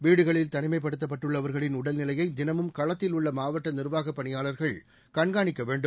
வீடுகளில் தனிமைப்படுத்தப்பட்டவர்களின் உடல்நிலையை தினமும் களத்தில் உள்ள மாவட்ட நிர்வாகப் பணியாளர்கள் கண்காணிக்க வேண்டும்